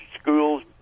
schools